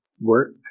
work